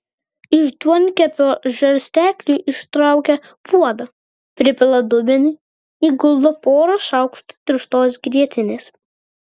iš duonkepio žarstekliu ištraukia puodą pripila dubenį įguldo porą šaukštų tirštos grietinės